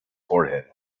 forehead